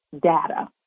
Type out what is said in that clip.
data